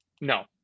no